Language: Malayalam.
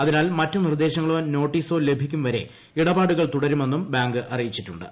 അതിനാൽ മറ്റ് നിർദ്ദേശങ്ങളോ നോട്ടീസോ ലഭിക്കും വരെ ബാങ്ക് ഇടപാടുകൾ തുടരുണമെന്നും ബാങ്ക് അറിയിച്ചിട്ടുണ്ട്ട്